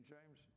James